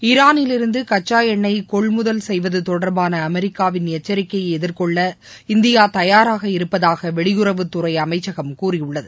ஈரானிலிருந்து கச்சா எண்ணெய் கொள்முதல் செய்வது தொடர்பாள அமெரிக்காவின் எச்சரிக்கையை எதிர்கொள்ள இந்தியா தயாராக இருப்பதாக வெளியுறவுத்துறை அமைச்சகம் கூறியுள்ளது